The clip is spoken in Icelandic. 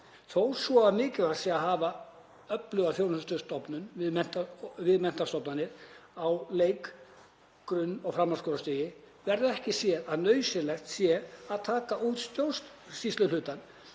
Þó svo að mikilvægt sé að hafa öfluga þjónustustofnun við menntastofnanir á leik-, grunn- og framhaldsskólastigi verður ekki séð að nauðsynlegt sé að taka út stjórnsýsluhlutann,